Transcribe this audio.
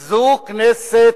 סדרנים,